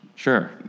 Sure